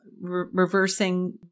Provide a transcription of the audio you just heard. reversing